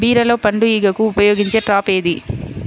బీరలో పండు ఈగకు ఉపయోగించే ట్రాప్ ఏది?